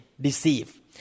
deceive